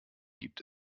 gibt